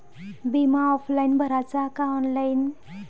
बिमा ऑफलाईन भराचा का ऑनलाईन?